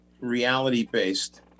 reality-based